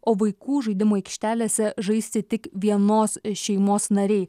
o vaikų žaidimų aikštelėse žaisti tik vienos šeimos nariai